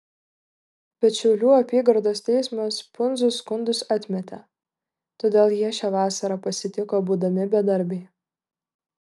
bet šiaulių apygardos teismas pundzų skundus atmetė todėl jie šią vasarą pasitiko būdami bedarbiai